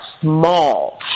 small